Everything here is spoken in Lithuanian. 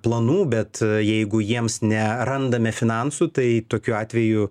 planų bet jeigu jiems nerandame finansų tai tokiu atveju